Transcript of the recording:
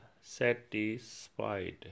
satisfied